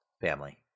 family